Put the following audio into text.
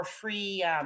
free